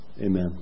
Amen